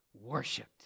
worshipped